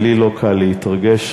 ולי לא קל להתרגש,